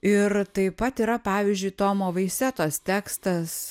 ir taip pat yra pavyzdžiui tomo vaisetos tekstas